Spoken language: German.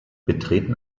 betreten